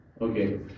Okay